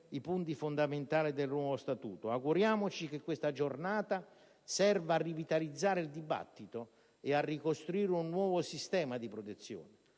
i punti fondamentali del nuovo Statuto. Auguriamoci che questa giornata serva a rivitalizzare il dibattito e a ricostruire un nuovo sistema di protezioni.